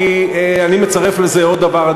כי אני מצרף לזה עוד דבר,